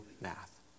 math